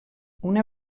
una